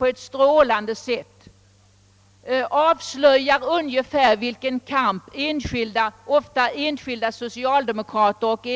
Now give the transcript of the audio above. Vad som hänt där avslöjar vilken kamp enskilda socialdemokrater och